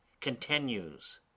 continues